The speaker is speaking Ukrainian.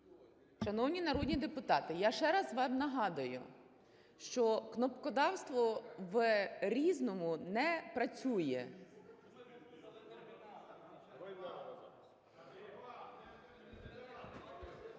Шановні народні депутати, я ще раз вам нагадую, що кнопкодавство в "Різному" не працює.